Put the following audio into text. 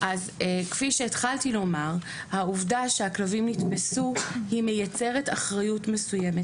אז כפי שהתחלתי לומר העובדה שהכלבים נתפסו היא מייצרת אחריות מסוימת,